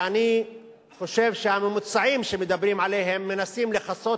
ואני חושב שהממוצעים שמדברים עליהם מנסים לכסות,